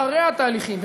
אחרי התהליכים,